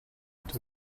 est